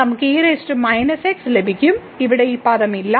നമുക്ക് ലഭിക്കും ഇവിടെ ഒരു പദം ഇല്ല